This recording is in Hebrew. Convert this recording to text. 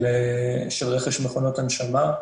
של רכש מכונות הנשמה.